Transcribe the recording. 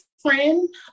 friend